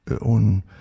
own